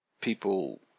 people